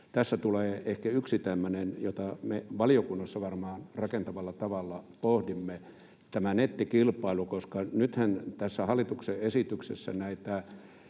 tulee ehkä yksi tämmöinen asia, jota me valiokunnassa varmaan rakentavalla tavalla pohdimme. Nythän tässä hallituksen esityksessä näitä